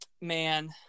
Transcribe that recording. Man